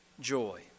joy